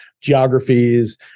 geographies